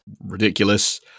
ridiculous